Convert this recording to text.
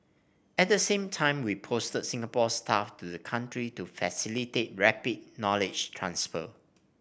at the same time we posted Singapore staff to the country to facilitate rapid knowledge transfer